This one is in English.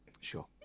Sure